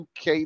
UK